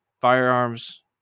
firearms